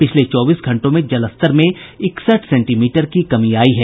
पिछले चौबीस घंटों में जलस्तर में इकसठ सेंटीमीटर की कमी आयी है